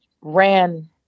ran